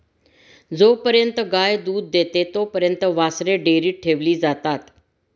जोपर्यंत गाय दूध देते तोपर्यंत वासरे डेअरीत ठेवली जातात